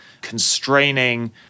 constraining